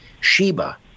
Sheba